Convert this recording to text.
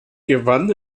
gewann